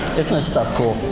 isn't this stuff cool?